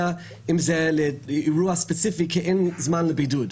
אם זה לאירוע ספציפי כי אין זמן לבידוד.